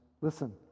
Listen